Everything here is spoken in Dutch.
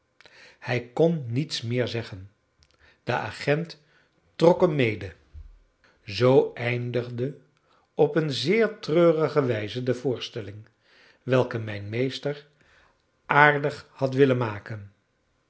hij kon niets meer zeggen de agent trok hem mede zoo eindigde op een zeer treurige wijze de voorstelling welke mijn meester aardig had willen maken